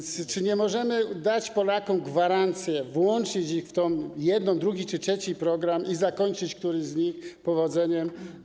Czy nie możemy Polakom dać gwarancji, włączyć ich w jeden, drugi czy trzeci program i zakończyć któryś z nich powodzeniem?